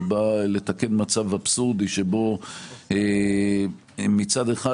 שבאה לתקן מצב אבסורדי שבו מצד אחד,